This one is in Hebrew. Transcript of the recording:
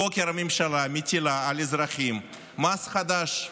הבוקר הממשלה מטילה על אזרחים מס חדש,